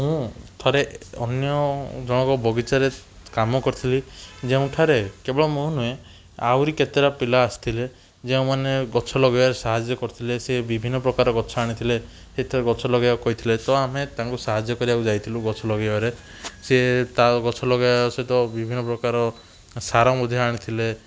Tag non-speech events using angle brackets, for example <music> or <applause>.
<unintelligible> ଥରେ ଅନ୍ୟ ଜଣକ ବଗିଚାରେ କାମ କରୁଥିଲି ଯେଉଁଠାରେ କେବଳ ମୁଁ ନୁହେଁ ଆହୁରି କେତେଟା ପିଲା ଆସିଥିଲେ ଯେଉଁମାନେ ଗଛ ଲଗାଇବାରେ ସାହାଯ୍ୟ କରିଥିଲେ ସେ ବିଭିନ୍ନ ପ୍ରକାର ଗଛ ଆଣିଥିଲେ ସେ ତ ଗଛ ଲଗାଇବାକୁ କହିଥିଲେ ତ ଆମେ ତାଙ୍କୁ ସାହାଯ୍ୟ କରିବାକୁ ଯାଉଥିଲୁ ଗଛ ଲଗାଇବାରେ ସେ ତା ଗଛ ଲଗାଇବା ସହିତ ବିଭିନ୍ନ ପ୍ରକାରର ସାର ମଧ୍ୟ ଆଣିଥିଲେ